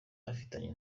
afitanye